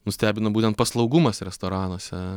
nustebino būtent paslaugumas restoranuose